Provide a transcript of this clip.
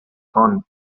fon